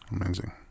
Amazing